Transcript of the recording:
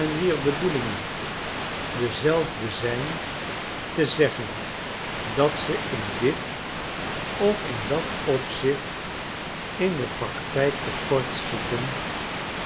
en wier bedoelingen schetsen uit amerika dezelfde zijn te zeggen dat ze in ditofindat opzicht in de practijk te kort schieten